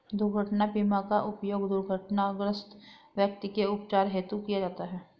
दुर्घटना बीमा का उपयोग दुर्घटनाग्रस्त व्यक्ति के उपचार हेतु किया जाता है